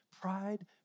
Pride